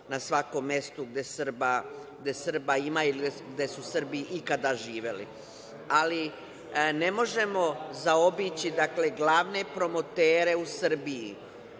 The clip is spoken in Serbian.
na svakom mestu gde Srba ima ili gde su Srbi ikada živeli. Ali, ne možemo zaobići glavne promotere u Srbiji,